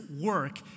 work